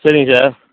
சரிங்க சார்